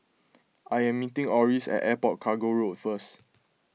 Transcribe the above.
I am meeting Orris at Airport Cargo Road first